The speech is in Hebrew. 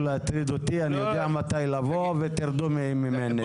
להטריד אותו כי הוא יודע מתי לבוא ושירדו ממנו?